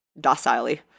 docilely